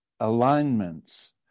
alignments